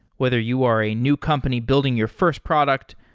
whether you are a new company building your first product,